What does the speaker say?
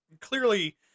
clearly